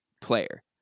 player